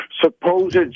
supposed